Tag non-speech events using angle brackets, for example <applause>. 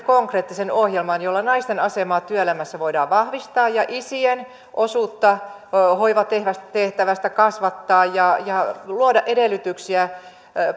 <unintelligible> konkreettisen ohjelman jolla naisten asemaa työelämässä voidaan vahvistaa ja isien osuutta hoivatehtävästä kasvattaa ja luoda edellytyksiä